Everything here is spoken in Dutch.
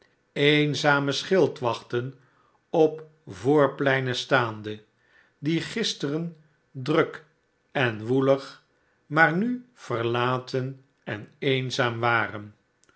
eenzame schildwachten op voorpleinen staande die gisteren druk en woelig maar nu verlaten en eenzaam waren